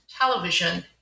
television